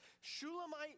Shulamite